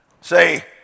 say